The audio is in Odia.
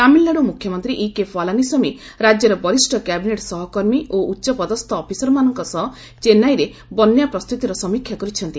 ତାମିଲ୍ନାଡୁ ମୁଖ୍ୟମନ୍ତ୍ରୀ ଇନାପାଡ଼ି କେ ପାଲାନୀସ୍ୱାମୀ ରାଜ୍ୟର ବରିଷ୍ଣ କ୍ୟାବିନେଟ୍ ସହକର୍ମୀ ଓ ଉଚ୍ଚପଦସ୍ଥ ଅଫିସରମାନଙ୍କ ସହ ଚେନ୍ନାଇରେ ବନ୍ୟା ପ୍ରସ୍ତୁତିର ସମୀକ୍ଷା କରିଛନ୍ତି